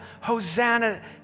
Hosanna